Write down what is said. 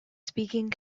speaking